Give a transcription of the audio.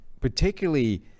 particularly